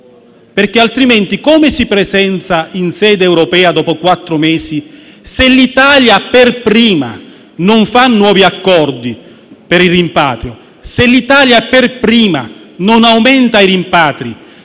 fatto; altrimenti come si presenta in sede europea, dopo quattro mesi, se l'Italia per prima non fa nuovi accordi per il rimpatrio, se l'Italia per prima non aumenta i rimpatri,